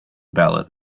ballot